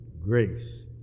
grace